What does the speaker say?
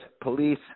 police